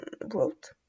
wrote